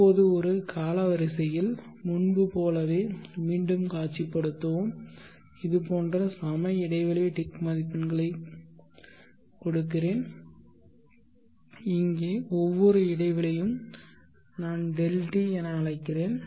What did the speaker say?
இப்போது ஒரு காலவரிசையில் முன்பு போலவே மீண்டும் காட்சிப்படுத்துவோம் இது போன்ற சம இடைவெளி டிக் மதிப்பெண்களைக் குடிக்கிறேன் இங்கே ஒவ்வொரு இடைவெளியும் நான் Δt என அழைக்கிறேன்